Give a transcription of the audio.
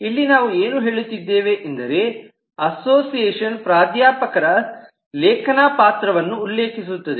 ಇಲ್ಲಿ ನಾವು ಏನು ಹೇಳುತ್ತಿದ್ದೇವೆ ಎಂದರೆ ಅಸೋಸಿಯೇಷನ್ ಪ್ರಾಧ್ಯಾಪಕರ ಲೇಖಕ ಪಾತ್ರವನ್ನು ಉಲ್ಲೇಖಿಸುತ್ತದೆ